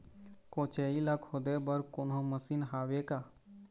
कोचई ला खोदे बर कोन्हो मशीन हावे का?